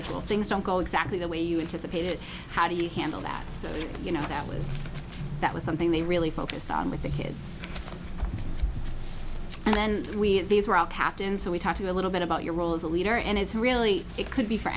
critical things don't go exactly the way you into the pit how do you handle that so you know that was that was something they really focused on with the kids and then we were all kept in so we talked to a little bit about your role as a leader and it's really it could be for